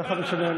ככה זה כשנואמים.